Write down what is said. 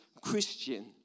Christian